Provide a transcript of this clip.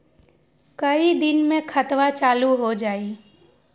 कई दिन मे खतबा चालु हो जाई?